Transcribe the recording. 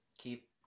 keep